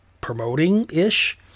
promoting-ish